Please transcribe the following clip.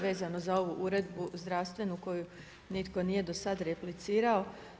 Vezano za ovu uredbu zdravstvenu koju nitko nije do sada replicirao.